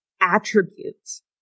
attributes